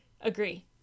agree